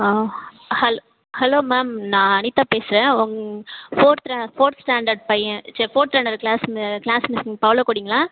ஆ ஹல hello ma'am நான் அனிதா பேசுகிறன் உங்கள் ஃபோர்த் ஃபோர்த் ஸ்டாண்டர்ட் பையன் ச ஃபோர்த் ஸ்டாண்டர்ட் கிளாஸ் மிஸ் பவளக்கொடிங்களா